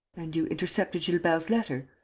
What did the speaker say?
and you intercepted gilbert's letter?